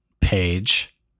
page